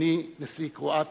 אדוני נשיא קרואטיה,